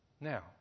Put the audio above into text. Now